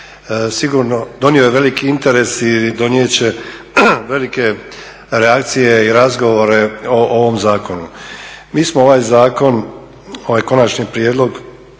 sigurno, donio je veliki interes i donijet će velike reakcije i razgovore o ovom zakonu. Mi smo ovaj zakon, ovaj konačni prijedlog